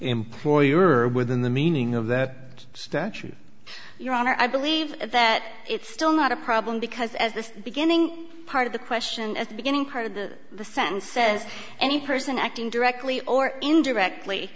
employer or within the meaning of that statute your honor i believe that it's still not a problem because as the beginning part of the question at the beginning part of the sentence says any person acting directly or indirectly